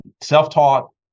self-taught